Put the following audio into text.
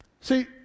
See